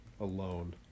alone